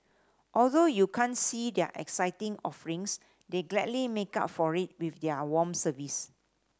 although you can't see their exciting offerings they gladly make up for it with their warm service